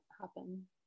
happen